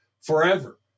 forever